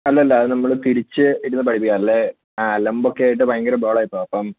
അല്ല അല്ല അത് നമ്മൾ പിരിച്ച് ഇരുന്ന് പഠിപ്പിക്കുക അല്ലെങ്കിൽ ആ അലമ്പൊക്കെ ആയിട്ട് ഭയങ്കര ബഹളം ആണ് ഇപ്പോൾ അപ്പം